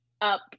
up